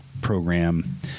program